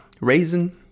Raisin